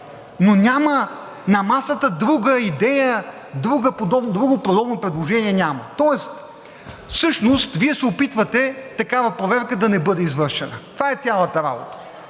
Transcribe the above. Но няма на масата друга идея, друго подобно предложение няма. Тоест, всъщност Вие се опитвате такава проверка да не бъде извършена. Това е цялата работа.